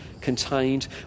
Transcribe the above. contained